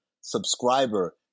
subscriber